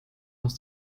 aus